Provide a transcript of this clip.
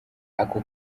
ako